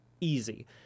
easy